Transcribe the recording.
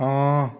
ହଁ